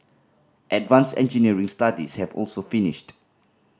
advance engineering studies have also finished